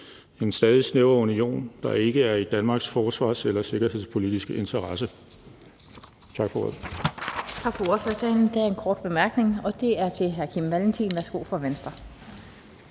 en stadig snævrere union, der ikke er i Danmarks forsvars- eller sikkerhedspolitiske interesse.